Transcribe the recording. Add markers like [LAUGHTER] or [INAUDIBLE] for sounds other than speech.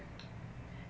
[NOISE]